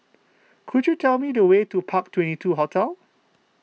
could you tell me the way to Park Twenty two Hotel